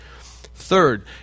Third